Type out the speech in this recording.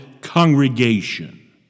congregation